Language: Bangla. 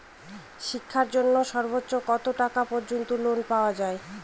শিক্ষার জন্য সর্বোচ্চ কত টাকা পর্যন্ত লোন পাওয়া য়ায়?